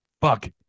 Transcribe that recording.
fuck